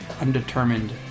undetermined